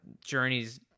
journeys